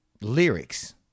lyrics